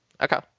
Okay